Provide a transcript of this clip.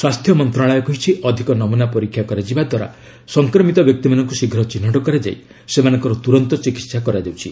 ସ୍ୱାସ୍ଥ୍ୟ ମନ୍ତ୍ରଣାଳୟ କହିଛିଅଧିକ ନମୁନା ପରୀକ୍ଷା କରାଯିବା ଦ୍ୱାରା ସଂକ୍ରମିତ ବ୍ୟକ୍ତିମାନଙ୍କୁ ଶୀଘ୍ର ଚିହ୍ନଟ କରାଯାଇ ସେମାନଙ୍କର ତୁରନ୍ତ ଚିକିତ୍ସା କରାଯାଉଛି